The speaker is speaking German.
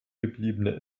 gebliebene